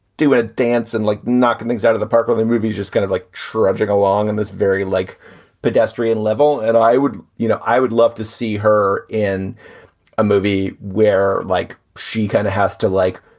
do and a dance and, like, knock and things out of the park or the movies, just kind of like trudging along. and it's very like pedestrian level. and i would you know, i would love to see her in a movie where, like, she kind of has to, like,